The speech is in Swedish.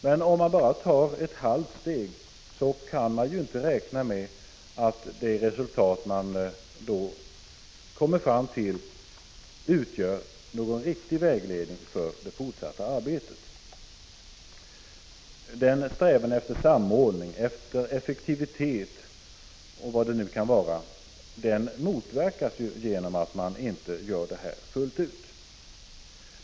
Men om man bara tar ett halvt steg, kan man inte räkna med att det resultat man då kommer fram till utgör någon riktig vägledning för det fortsatta arbetet. Strävan efter samordning, effektivitet och vad det nu kan vara, motverkas genom att man inte gör det här fullt ut.